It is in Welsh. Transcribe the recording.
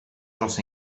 dros